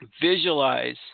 visualize